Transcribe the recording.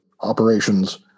operations